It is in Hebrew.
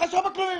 החשב הכללי.